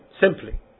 simply